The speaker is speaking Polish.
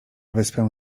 wyspę